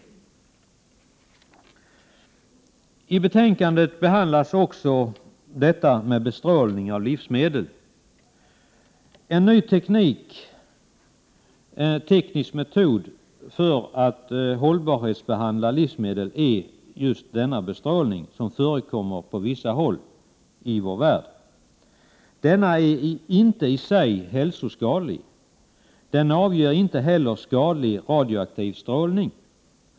I betänkandet behandlas också bestrålning av livsmedel. En ny teknisk metod för att hållbarhetsbehandla livsmedel är bestrålning, som förekommer på vissa håll i vår värld. Denna bestrålning är i sig inte hälsoskadlig. Den avger inte heller skadlig radioaktiv strålning.